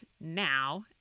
now